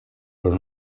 però